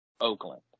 Oakland